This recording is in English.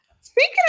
Speaking